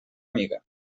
amiga